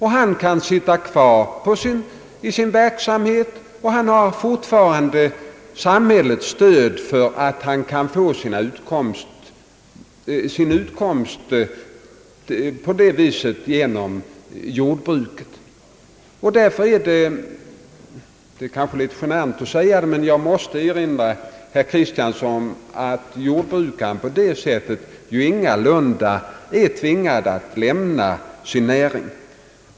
Han kan fortsätta sin verksamhet, och han har fortfarande samhällets stöd så att han kan få sin utkomst genom jordbruket. Det är kanske litet genant att säga det, men jag måste således erinra herr Kristiansson om att jordbrukaren ingalunda är tvingad att lämna sin näring.